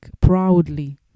proudly